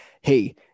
hey